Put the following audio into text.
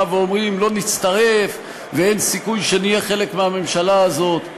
ואומרים: לא נצטרף ואין סיכוי שנהיה חלק מהממשלה הזאת.